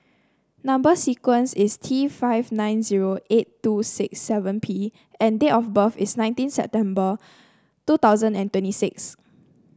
number sequence is T five nine zero eight two six seven P and date of birth is nineteen September two thousand and twenty six